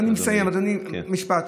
אני מסיים, אדוני, משפט.